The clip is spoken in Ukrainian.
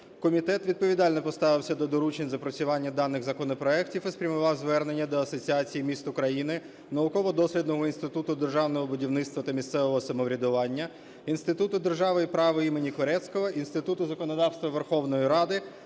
Комітет відповідально поставився до доручень з опрацювання даних законопроектів і спрямував звернення до Асоціації міст України, Науково-дослідного інституту державного будівництва та місцевого самоврядування, Інституту держави і права імені Корецького, Інституту законодавства Верховної Ради,